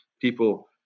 people